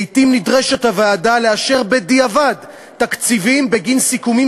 לעתים נדרשת הוועדה לאשר בדיעבד תקציבים בגין סיכומים